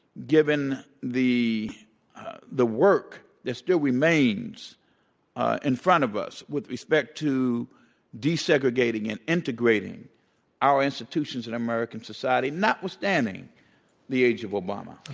given the the work that still remains in front of us, with respect to desegregating and integrating our institutions and american society, notwithstanding the age of obama.